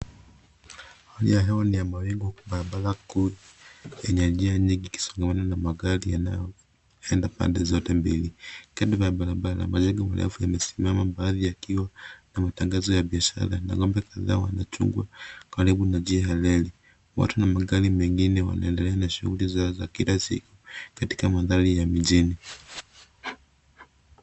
Hali ya hewa ni ya mawingu. Barabara kuu yenye njia nyingi ikisongamana na magari yanayoenda pande zote mbili. Kando ya barabara majengo marefu yamesimama baadhi yakiwa na matangazo ya biashara na ngombe kadhaa wanachungwa karibu na njia halali. Watu na magari mengine wanaendelea na shughuli zao za kila siku katika mandhari ya mjini.